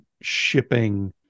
shipping